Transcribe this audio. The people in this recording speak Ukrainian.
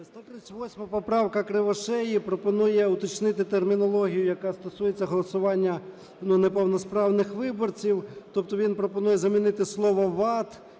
138 поправка Кривошеї пропонує уточнити термінологію, яка стосується голосування, ну, неповносправних виборців. Тобто він пропонує замінити слово "вад"